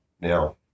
Now